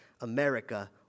America